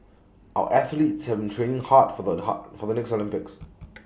our athletes haven't training hard for the hot for the next Olympics